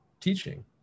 teaching